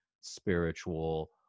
spiritual